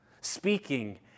speaking